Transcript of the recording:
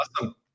Awesome